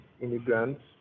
immigrants